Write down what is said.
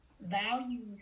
values